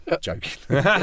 joking